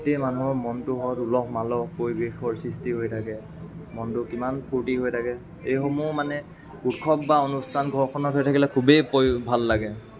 গোটেই মানুহৰ মনটো বহুত উলহ মালহ পৰিৱেশৰ সৃষ্টি হৈ থাকে মনটো কিমান ফুৰ্তি হৈ থাকে এইসমূহো মানে উৎসৱ বা অনুষ্ঠান ঘৰখনত হৈ থাকিলে খুবেই ভাল লাগে